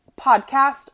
podcast